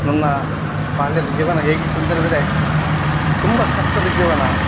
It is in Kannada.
ನನ್ನ ಬಾಲ್ಯದ ಜೀವನ ಹೇಗಿತ್ತು ಅಂತ ಹೇಳಿದ್ರೆ ತುಂಬ ಕಷ್ಟದ ಜೀವನ